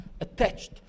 attached